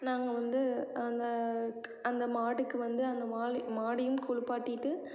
நாங்கள் வந்து அந்த அந்த மாட்டுக்கு வந்து அந்த மா மாடையும் குளுப்பாட்டிட்டு